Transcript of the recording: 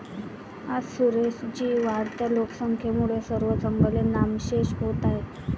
आज सुरेश जी, वाढत्या लोकसंख्येमुळे सर्व जंगले नामशेष होत आहेत